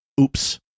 oops